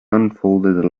unfolded